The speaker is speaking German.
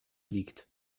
liegt